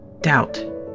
Doubt